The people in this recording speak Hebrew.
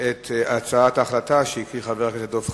את הצעת ההחלטה שהביא חבר הכנסת דב חנין.